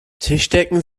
tischdecken